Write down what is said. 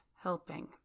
helping